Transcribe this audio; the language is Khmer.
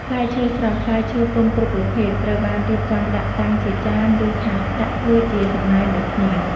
ផ្លែឈើស្រស់ ផ្លែឈើទុំគ្រប់ប្រភេទ ត្រូវបានរៀបចំដាក់តាំងជាចាន ឬ ថាស ដាក់ធ្វើជាសំណែនដូចគ្នា។